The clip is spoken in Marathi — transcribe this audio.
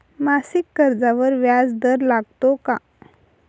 मासिक कर्जावर व्याज दर लागतो का?